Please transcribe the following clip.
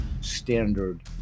standard